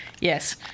yes